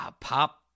pop